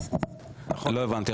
לא הבנתי.